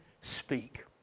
speak